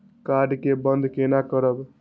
Card के बन्द केना करब?